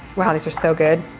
wowl, these are so good.